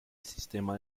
sistema